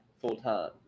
full-time